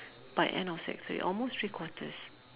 by end of sec three almost three quarters